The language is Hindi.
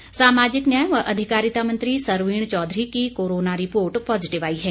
सरवीण चौधरी सामाजिक न्याय व अधिकारिता मंत्री सरवीण चौधरी की कोरोना रिपोर्ट पॉजिटिव आई है